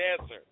answer